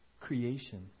creation